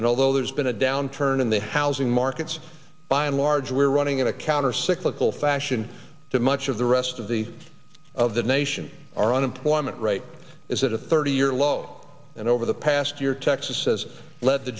and although there's been a downturn in the housing markets by and large we're running at a countercyclical fashion to much of the rest of the of the nation our unemployment rate is at a thirty year low and over the past year texas says let the